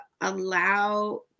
allow